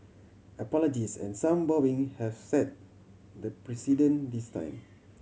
apologies and some bowing have set the precedent this time